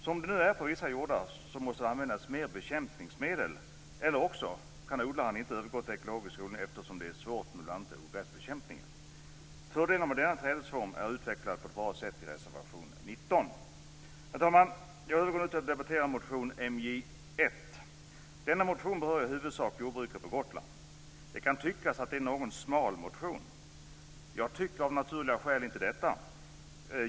Som det nu är på vissa jordar måste det användas mer bekämpningsmedel, eller också kan odlaren inte övergå till ekologisk odling eftersom det är svårt med bl.a. ogräsbekämpningen. Fördelarna med denna trädesform är utvecklade på ett bra sätt i reservation 19. Herr talman! Jag övergår nu till att debattera motion MJ1. Denna motion berör i huvudsak jordbruket på Gotland. Det kan tyckas att det är en något "smal" motion. Själv tycker jag av naturliga skäl inte detta.